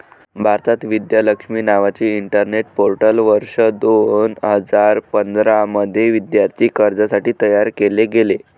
भारतात, विद्या लक्ष्मी नावाचे internet portal वर्ष दोन हजार पंधरा मध्ये विद्यार्थी कर्जासाठी तयार केले गेले